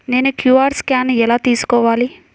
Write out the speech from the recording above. నేను Q R scan ఎలా తీసుకోవాలి?